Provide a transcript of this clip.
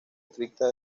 cripta